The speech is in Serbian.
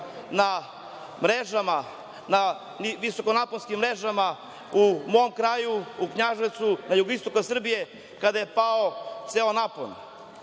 na visokonaponskim mrežama u mom kraju, u Knjaževcu, na jugoistoku Srbije, kada je pao ceo napon.